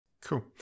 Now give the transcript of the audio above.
cool